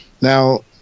Now